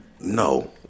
No